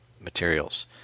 materials